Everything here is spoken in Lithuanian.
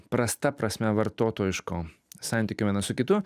prasta prasme vartotojiško santykio vienas su kitu